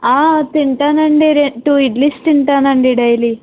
తింటానండి రె టూ ఇడ్లీస్ తింటానండి డైలీ